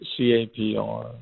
capr